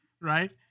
Right